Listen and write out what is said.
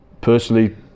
personally